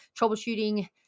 troubleshooting